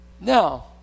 Now